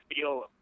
feel